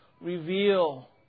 reveal